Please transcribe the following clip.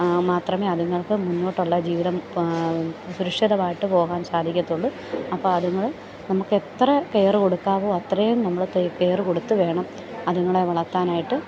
മാത്രമേ അതുങ്ങൾക്ക് മുന്നോട്ടുള്ള ജീവിതം സുരക്ഷിതമായിട്ട് പോകാൻ സാധിക്കത്തുള്ളു അപ്പോൾ അതുങ്ങൾ നമുക്ക് എത്ര കെയറ് കൊടുക്കാമോ അത്രയും നമ്മൾ കെയറ് കൊടുത്ത് വേണം അതുങ്ങളെ വളർത്താനായിട്ട്